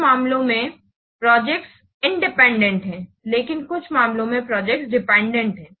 कुछ मामले में प्रोजेक्ट्स इंडिपेंडेंट हैं लेकिन कुछ मामलों में प्रोजेक्ट्स डिपेंडेंट हैं